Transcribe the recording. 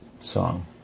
song